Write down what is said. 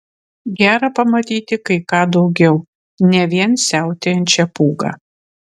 gera pamatyti kai ką daugiau ne vien siautėjančią pūgą